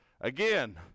Again